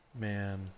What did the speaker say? Man